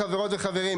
חברות וחברים,